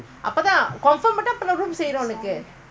ah